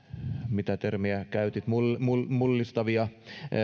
mitä termiä käytit mullistavia